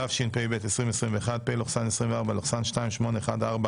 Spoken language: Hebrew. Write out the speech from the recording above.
התשפ"ב-2021 (פ/2814/24),